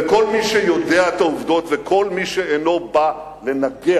וכל מי שיודע את העובדות וכל מי שאינו בא לנגח,